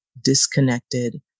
disconnected